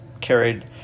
carried